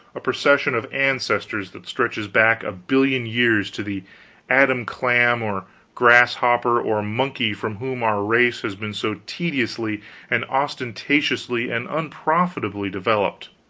a procession of ancestors that stretches back a billion years to the adam-clam or grasshopper or monkey from whom our race has been so tediously and ostentatiously and unprofitably developed.